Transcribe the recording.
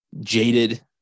jaded